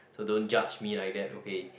so don't judge me like that okay